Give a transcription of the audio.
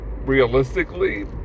realistically